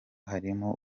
harimo